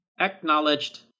Acknowledged